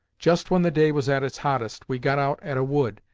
just when the day was at its hottest, we got out at a wood,